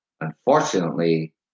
Unfortunately